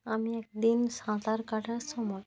আমি একদিন সাঁতার কাটার সময়